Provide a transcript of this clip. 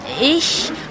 ich